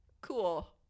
cool